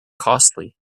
costly